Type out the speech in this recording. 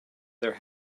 their